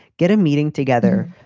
get a meeting together,